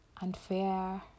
unfair